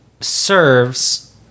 serves